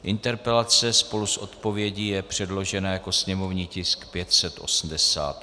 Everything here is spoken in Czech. Interpelace spolu s odpovědí je předložena jako sněmovní tisk 588.